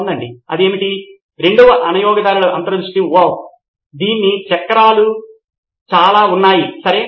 professor ఇది మరొకటి నిజమే కాబట్టి వారు ఇప్పటికే చాలా ప్రదేశాలలో పాఠ్యపుస్తకాలను కలిగి ఉన్నారు పుస్తకాలు పాఠ్య పుస్తకం కాదు ఇది కోర్సుకు పాఠ్యపుస్తకాలుగా సూచించబడిన పుస్తకాలు